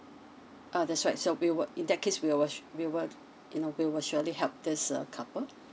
ah that's right so we will in that case we will sur~ we will you know we will surely help this uh couple